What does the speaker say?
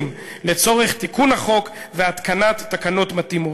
לצורך תיקון החוק והתקנת תקנות מתאימות.